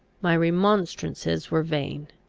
my remonstrances were vain.